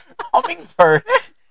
Hummingbirds